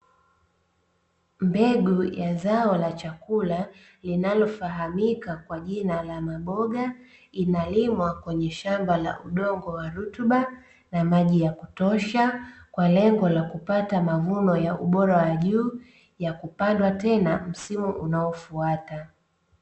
Mbegu ya zao la chakula linalofahamika kwa jina la maboga, inalimwa kwenye shamba la udongo wa rutuba na maji ya kutosha, kwa lengo la kupata mavuno ya ubora wa juu ya kupandwa tena msimu unaofuata.